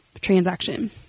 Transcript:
transaction